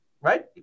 right